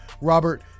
Robert